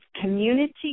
community